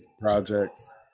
projects